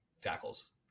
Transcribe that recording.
tackles